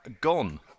gone